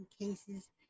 cases